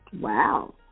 Wow